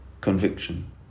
conviction